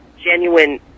genuine